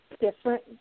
different